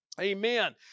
Amen